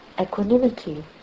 equanimity